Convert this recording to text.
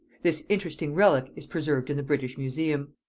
this interesting relic is preserved in the british museum.